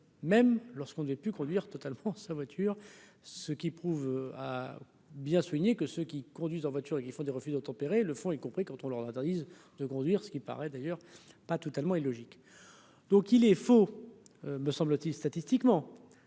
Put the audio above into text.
même lorsqu'on avait pu conduire totalement sa voiture, ce qui prouve a bien souligné que ceux qui conduisent en voiture et qui font des refus de tempérer le fond y compris quand on leur interdise de conduire ce qui paraît d'ailleurs pas totalement illogique. Donc, il est faux, me semble-t-il, statistiquement,